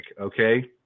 okay